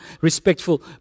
respectful